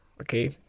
okay